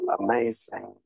amazing